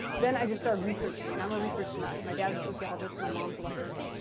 then i just started researching and i'm a research nut. my dad's a sociologist. my mom's a librarian.